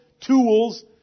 tools